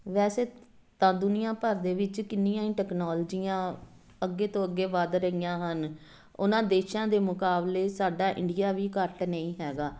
ਵੈਸੇ ਤਾਂ ਦੁਨੀਆਂ ਭਰ ਦੇ ਵਿੱਚ ਕਿੰਨੀਆਂ ਹੀ ਟਕਨੋਲਜੀਆਂ ਅੱਗੇ ਤੋਂ ਅੱਗੇ ਵੱਧ ਰਹੀਆਂ ਹਨ ਉਹਨਾਂ ਦੇਸ਼ਾਂ ਦੇ ਮੁਕਾਬਲੇ ਸਾਡਾ ਇੰਡੀਆ ਵੀ ਘੱਟ ਨਹੀਂ ਹੈਗਾ